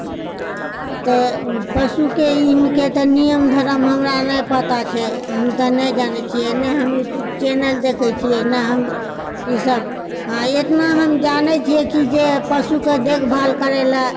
तऽ पशुके ई नियम धर्म हमरा नहि पता छै हम तऽ नहि जानए छिऐ नहि हम यूट्यूब चैनल देखैत छिऐ नहि हम इसभ हँ इतना हम जानए छिऐ कि जे पशुके देखभाल करए लए